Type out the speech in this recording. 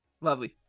Lovely